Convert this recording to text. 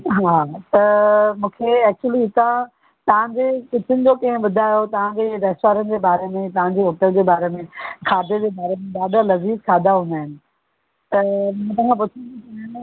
हा त मूंखे एक्चुअली हितां तव्हांजे किचन जो किअं ॿुधायो तव्हांजे रैसटोरैंट जे बारे में तव्हांजे होटल जे बारे में खाधे जे बारे में ॾाढा लज़ीज़ खाधा हूंदा आहिनि त